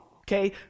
okay